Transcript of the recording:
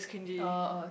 oh oh okay